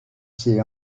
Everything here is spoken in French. ses